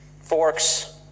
forks